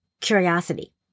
curiosity